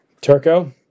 Turco